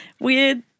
weird